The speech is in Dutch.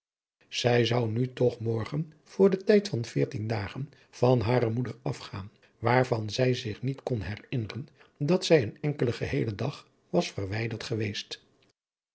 zij zou nu toch morgen voor den tijd van veertien dagen van hare moeder afgaan waarvan zij zich niet kon herinneren dat zij een enkelen geheelen dag was verwijderd geweest